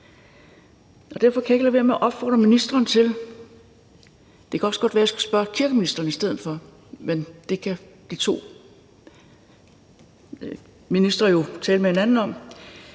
og derfor kan jeg ikke lade være med at komme med en opfordring til ministeren, og det kan også godt være, at jeg skal spørge kirkeministeren i stedet, men det kan de to ministre jo tale med hinanden om.